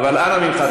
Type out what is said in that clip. אבל אנא ממך,